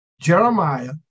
Jeremiah